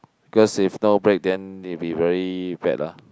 cause if no break then they be very bad ah